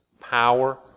power